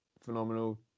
phenomenal